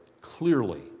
clearly